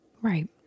right